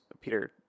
Peter